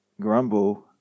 grumble